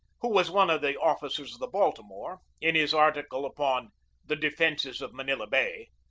who was one of the officers of the baltimore, in his article upon the defences of manila bay,